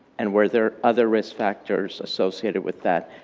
and were there other risk factors associated with that,